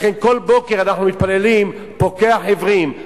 לכן כל בוקר אנחנו מתפללים: "פוקח עיוורים".